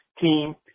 team